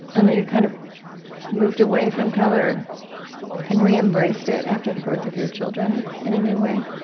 and that you've kind of moved away from color and re-embraced it after the birth of your children, in a new way